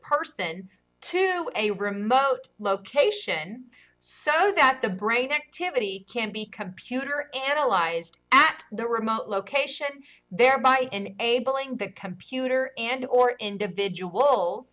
person to a remote location so that the brain activity can be computer analyzed at the remote location there might and able in the computer and or individual